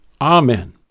Amen